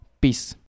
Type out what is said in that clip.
Peace